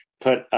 put